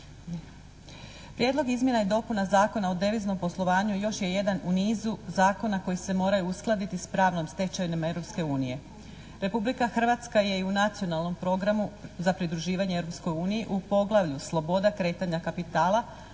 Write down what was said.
Prijedlog izmjena i dopuna Zakona o deviznom poslovanju još je jedan u nizu zakona koji se moraju uskladiti s pravnom stečevinama Europske unije. Republika Hrvatska je i u nacionalnom programu za pridruživanje Europskoj uniji u poglavlju sloboda kretanja kapitala